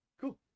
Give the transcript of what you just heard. cool